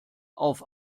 auf